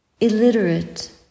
illiterate